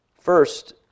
First